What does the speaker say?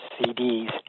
CDs